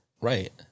Right